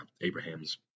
Abraham's